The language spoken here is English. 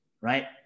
right